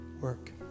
work